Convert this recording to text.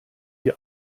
die